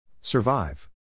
Survive